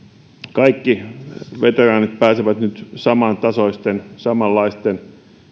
kaikki veteraanit pääsevät nyt samantasoisten samanlaisten